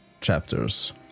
chapters